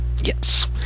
yes